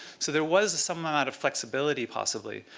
so there was some amount of flexibility, possibly.